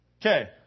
Okay